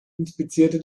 inspizierte